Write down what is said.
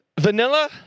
Vanilla